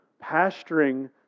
pasturing